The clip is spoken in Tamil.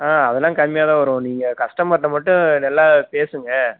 ஆ அதெல்லாம் கம்மியாக தான் வரும் நீங்கள் கஸ்டமர்கிட்ட மட்டும் நல்லா பேசுங்கள்